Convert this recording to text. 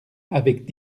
avec